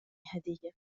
هدية